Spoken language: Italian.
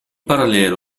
parallelo